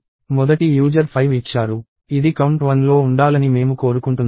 మొదటి యూజర్ 5 ఇచ్చారు ఇది కౌంట్ 1 లో ఉండాలని మేము కోరుకుంటున్నాము